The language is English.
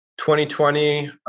2020